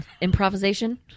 Improvisation